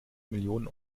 millionen